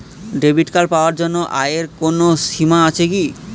Debit card পাওয়ার জন্য আয়ের কোনো সীমা আছে কি?